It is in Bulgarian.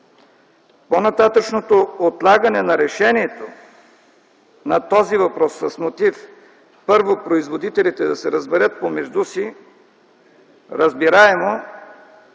По-нататъшното отлагане на решението на този въпрос с мотив - първо производителите да се разберат помежду си, разбираемо